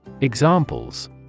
Examples